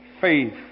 faith